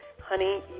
Honey